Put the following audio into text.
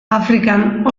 afrikan